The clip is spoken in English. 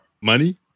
money